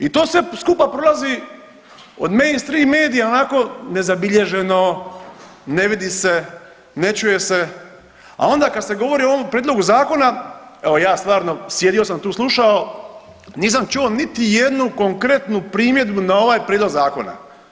I to sve skupa prolazi od mainstream medija onako nezabilježeno, ne vidi se, ne čuje se, a onda kad se govori o ovom prijedlogu Zakona, evo ja stvarno, sjedio sam tu, slušao, nisam čuo niti jednu konkretnu primjedbu na ovaj Prijedlog zakona.